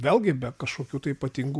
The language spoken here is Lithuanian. vėlgi be kažkokių tai ypatingų